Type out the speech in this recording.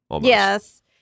Yes